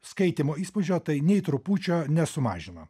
skaitymo įspūdžio tai nei trupučio nesumažino